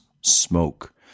smoke